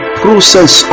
process